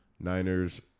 Niners